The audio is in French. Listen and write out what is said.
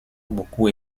beaucoup